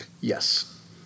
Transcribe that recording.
Yes